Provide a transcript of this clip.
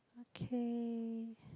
okay